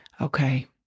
Okay